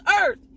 earth